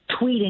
tweeting